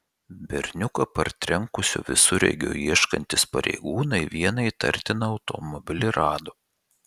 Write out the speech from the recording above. berniuką partrenkusio visureigio ieškantys pareigūnai vieną įtartiną automobilį rado